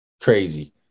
crazy